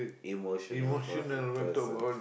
emotional person person